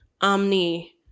Omni